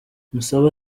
musabe